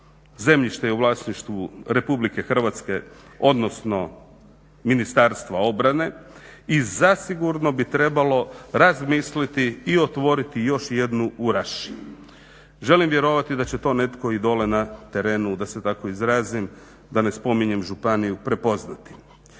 zemljište je u vlasništvu RH odnosno Ministarstva obrane i zasigurno bi trebalo razmisliti i otvoriti još jednu u Raši. Želim vjerovati da će to netko dolje na terenu da se tako izrazim, da ne spominjem županiju, prepoznati.